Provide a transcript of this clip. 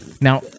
Now